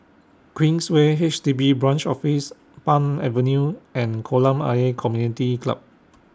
Queensway H D B Branch Office Palm Avenue and Kolam Ayer Community Club